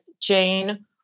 Jane